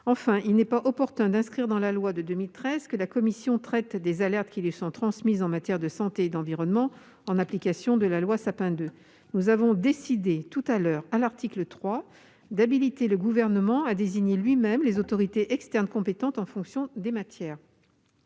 Enfin, il n'est pas opportun d'inscrire dans la loi de 2013 que la commission traite des alertes qui lui sont transmises en matière de santé et d'environnement, en application de la loi Sapin II. Précédemment, lors de l'examen de l'article 3, nous avons décidé d'habiliter le Gouvernement à désigner lui-même les autorités externes compétentes en fonction des matières.